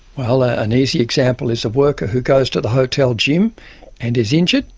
well, an easy example is a worker who goes to the hotel gym and is injured,